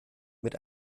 mit